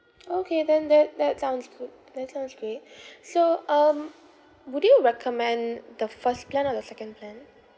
okay then that that sounds good that sounds great so um would you recommend the first plan or the second plan